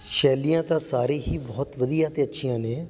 ਸ਼ੈਲੀਆਂ ਤਾਂ ਸਾਰੇ ਹੀ ਬਹੁਤ ਵਧੀਆ ਅਤੇ ਅੱਛੀਆਂ ਨੇ